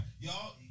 Y'all